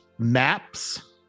maps